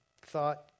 thought